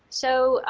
so,